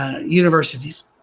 universities